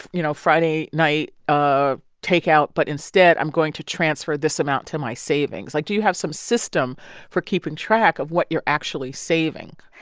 you know, friday night takeout but instead i'm going to transfer this amount to my savings? like, do you have some system for keeping track of what you're actually saving?